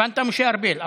הבנת, משה ארבל?